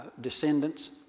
descendants